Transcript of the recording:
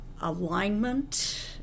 alignment